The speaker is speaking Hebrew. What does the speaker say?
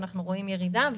רואים ירידה,